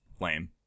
lame